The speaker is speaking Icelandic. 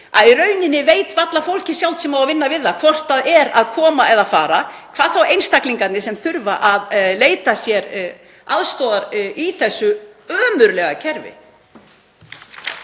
að í rauninni veit varla fólkið sjálft sem á að vinna við það hvort það er að koma eða fara, hvað þá einstaklingarnir sem þurfa að leita sér aðstoðar í þessu ömurlega kerfi.